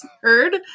heard